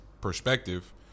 Perspective